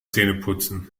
zähneputzen